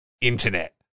internet